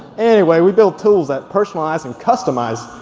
anyway, we build tools that personalize and customize,